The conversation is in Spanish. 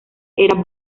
era